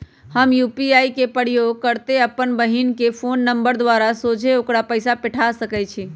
हम यू.पी.आई के प्रयोग करइते अप्पन बहिन के फ़ोन नंबर द्वारा सोझे ओकरा पइसा पेठा सकैछी